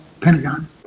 Pentagon